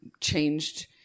changed